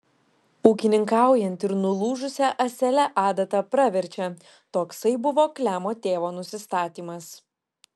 ūkininkaujant ir nulūžusia ąsele adata praverčia toksai buvo klemo tėvo nusistatymas